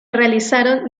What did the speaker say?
realizaron